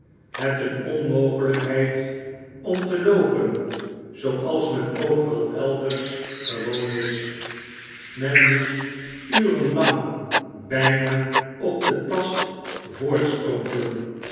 het een onmogelijkheid om te loopen zooals men overal elders gewoon is men moest uren lang bijna op den tast voortstrompelen